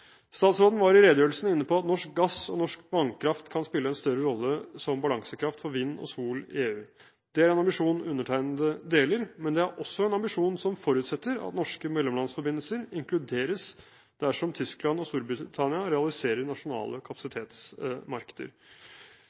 Statsråden var i redegjørelsen inne på at norsk gass og norsk vannkraft kan spille en større rolle som balansekraft for vind og sol i EU. Det er en ambisjon undertegnede deler, men det er også en ambisjon som forutsetter at norske mellomlandsforbindelser inkluderes dersom Tyskland og Storbritannia realiserer nasjonale kapasitetsmarkeder.